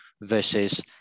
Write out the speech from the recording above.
versus